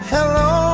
Hello